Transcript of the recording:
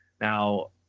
now